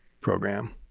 program